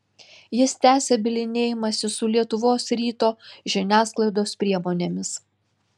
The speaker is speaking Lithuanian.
jis tęsia bylinėjimąsi su lietuvos ryto žiniasklaidos priemonėmis